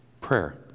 Prayer